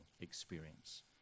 experience